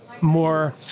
more